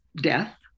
death